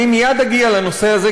אני מייד אגיע לנושא הזה,